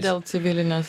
dėl civilinės